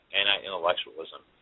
anti-intellectualism